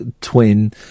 twin